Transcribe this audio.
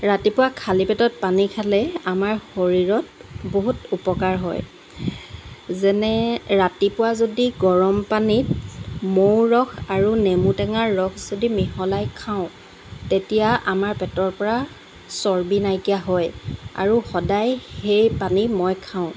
ৰাতিপুৱা খালি পেটত পানী খালে আমাৰ শৰীৰত বহুত উপকাৰ হয় যেনে ৰাতিপুৱা যদি গৰমপানীত মৌ ৰস আৰু নেমুটেঙা ৰস যদি মিহলাই খাওঁ তেতিয়া আমাৰ পেটৰপৰা চৰ্বি নাইকিয়া হয় আৰু সদায় সেই পানী মই খাওঁ